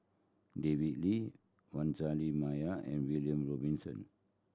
David Lee Vanessa Mae and William Robinson